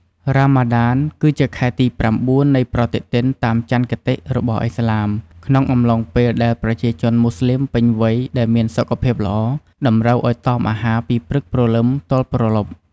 រ៉ាម៉ាដាន គឺជាខែទីប្រាំបួននៃប្រតិទិនតាមច័ន្ទគតិរបស់ឥស្លាម ក្នុងអំឡុងពេលដែលប្រជាជនម៉ូស្លីមពេញវ័យដែលមានសុខភាពល្អ តម្រូវឱ្យតមអាហារពីព្រឹកព្រលឹមទល់ព្រលប់។